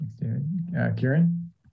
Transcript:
Kieran